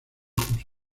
justo